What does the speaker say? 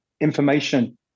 information